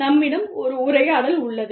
நம்மிடம் ஒரு உரையாடல் உள்ளது